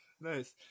nice